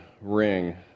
ring